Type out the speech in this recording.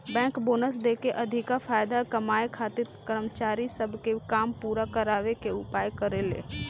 bank bonus देके अधिका फायदा कमाए खातिर कर्मचारी सब से काम पूरा करावे के उपाय करेले